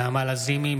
נעמה לזימי,